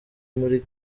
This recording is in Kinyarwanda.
muri